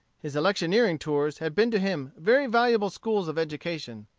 his electioneering tours had been to him very valuable schools of education.